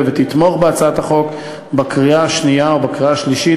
ותתמוך בהצעת החוק בקריאה השנייה ובקריאה השלישית,